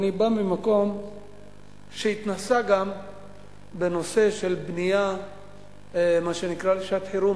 אני בא ממקום שהתנסה גם בנושא של בנייה בשעת חירום.